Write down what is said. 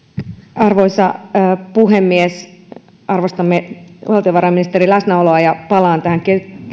arvoisa puhemies arvostamme valtiovarainministerin läsnäoloa ja palaan tähän